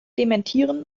dementieren